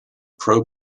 pro